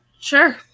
Sure